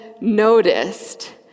noticed